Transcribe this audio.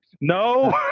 No